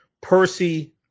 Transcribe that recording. Percy